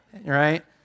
right